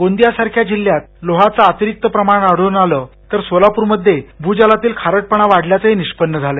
गोंदियासारख्या जिल्ह्यात लोहाचं अतिरिक्त प्रमाण आढळून आलं तर सोलापूरमध्ये भूजलातील खारटपणा वाढल्याचं निष्पन्न झालं